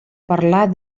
parlar